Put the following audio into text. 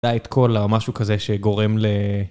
די את כל המשהו כזה שגורם ל...